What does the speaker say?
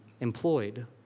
employed